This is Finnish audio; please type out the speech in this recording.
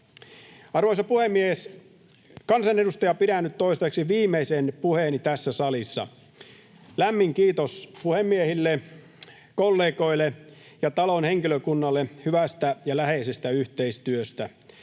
Arvoisa puhemies! Kansanedustajana pidän nyt toistaiseksi viimeisen puheeni tässä salissa. Lämmin kiitos puhemiehille, kollegoille ja talon henkilökunnalle hyvästä ja läheisestä yhteistyöstä.